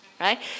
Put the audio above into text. right